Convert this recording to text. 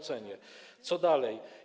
Co dalej?